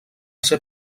ser